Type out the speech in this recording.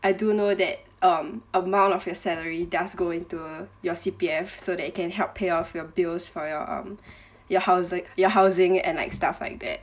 I do know that um amount of your salary does go into uh your C_P_F so that you can help pay all of your bills for your um your house your housing and like stuff like that